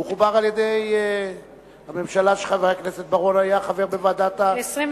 הוא חובר על-ידי הממשלה שחבר הכנסת בר-און היה חבר בה בוועדת השרים,